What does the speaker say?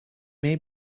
may